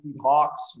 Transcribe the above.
Hawks